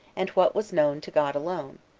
and what was known to god alone,